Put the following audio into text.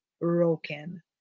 broken